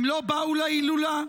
הם לא באו להילולה,